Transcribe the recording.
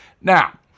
Now